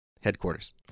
headquarters